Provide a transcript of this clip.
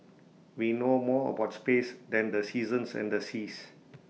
we know more about space than the seasons and the seas